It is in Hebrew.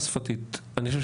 בעיה?